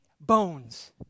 bones